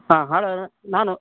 ಹಾಂ ಹಲೋ ನಾನು